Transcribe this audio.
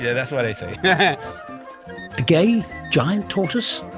yeah that's what they say. yeah a gay giant tortoise?